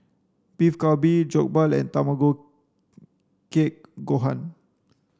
Beef Galbi Jokbal and Tamago Kake Gohan